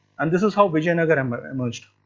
and this is how vijayanagara um ah emerged.